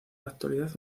actualidad